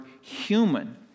human